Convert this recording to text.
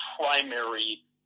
primary